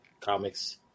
comics